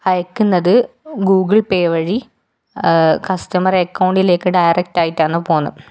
അയക്കുന്നത് Google Pay വഴി customer അക്കൗണ്ടിലേക്ക് ഡയറക്ടറായിട്ടാണ് പോകുന്നത്